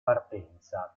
partenza